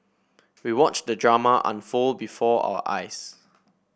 we watched the drama unfold before our eyes